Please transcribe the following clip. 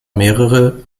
mehrere